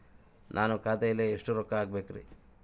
ನಾನು ಖಾತೆಯಲ್ಲಿ ಎಷ್ಟು ರೊಕ್ಕ ಹಾಕಬೇಕ್ರಿ?